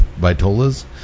Vitolas